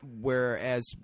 Whereas